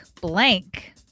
blank